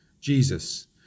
Jesus